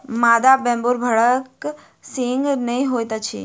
मादा वेम्बूर भेड़क सींघ नै होइत अछि